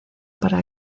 para